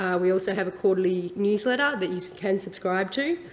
we also have a quarterly newsletter that you can subscribe to.